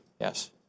Yes